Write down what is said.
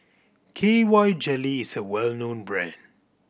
K Y Jelly is a well known brand